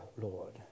Lord